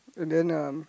and then uh